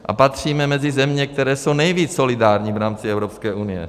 A patříme mezi země, které jsou nejvíc solidární v rámci Evropské unie.